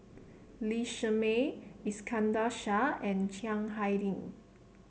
Lee Shermay Iskandar Shah and Chiang Hai Ding